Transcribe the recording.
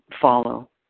follow